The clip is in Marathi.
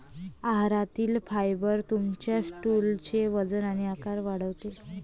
आहारातील फायबर तुमच्या स्टूलचे वजन आणि आकार वाढवते